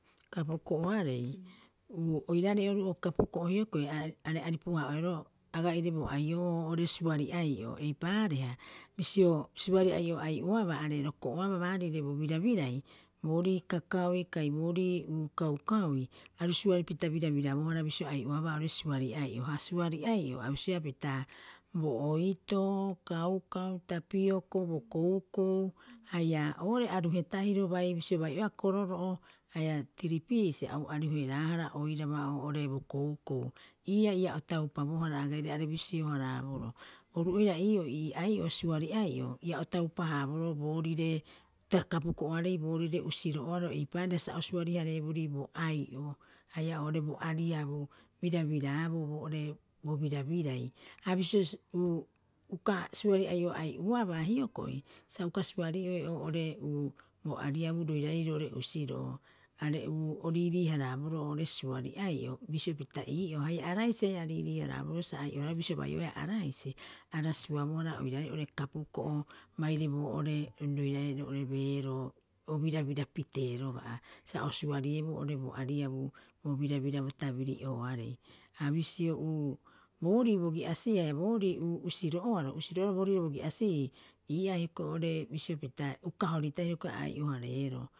Oiraarei oru'oo kapuko'o hioko'i are aripu- haa'oeroo aga'ire bo aio'oo oo'ore suari ai'o eipaareha. bisio suri ai'o ai'oabaa are roko'oabaa baarire bo birabirai boorii kakaui kai boorii kaukaui. aru suaripita birabirabohara bisio ai'oabaa suari ai'o. Ha suari ai'o a bisioea pita bo oitoo kaukau tapioko bo koukou haia oo'ore aruhe tahiro bai bisio bai'oea kororo'o haia tiiripiisi au aruheraahara oiraba oo'ore bo koukou. Ii'aa ia otaupabohara aga'ire are bisio- haraboroo, oru oira ii'oo ii ai'o suari ai'o ia otaupa- haaboroo boorire ta kapuko'oarei boorire usiro'oaro eipaareha sa o surihareeborii bo ai'o haia oo'ore bo ariabuu birabiraaboo boo'ore bo birabirai. Ha bisio uka suari ai'o ai'oabaa hioko'i sa uka suariraa oo'ore bo ariabu roiraarei roo'ore usiro'o are o riirii- haraaboroo oo'ore suari ai'o bisio pita ii'oo haia araisi haia a riirii- haraboroo sa ai'ohraau bisio bai oea araisi a rasuabohara oiraae oo'ore kapuko'o baire boo'ore roiraae roo'ore beeroo o birabirapitee roga'a sa o surieboo oo'ore bo ariabuubo birabira bo tabiri'ooarei. Ha bisio boori bogi'asi'ii haia boorii usiro'oaro usiro'oaro boorire bogi'asi'ii ii'aa hioko'i oo'ore bisio pita uka horitahiro hioko'i ai'ohareero